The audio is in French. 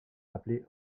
appelée